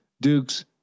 Duke's